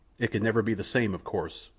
it could never be the same, of course,